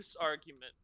argument